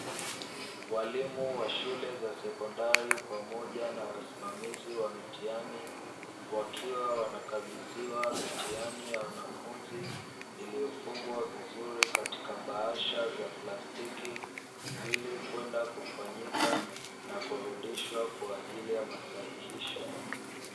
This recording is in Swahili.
Walimu wa shule za sekondari pamoja na wasimamizi wa mitihani, wakiwa wanakabidhiwa mitihani ya wanafunzi iliyofungwa vizuri katika bahasha za plastiki, ili kwenda kufanyika na kurudishwa kwa ajili ya masahihisho.